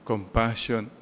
Compassion